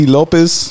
Lopez